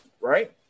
right